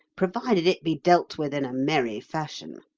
provided it be dealt with in a merry fashion.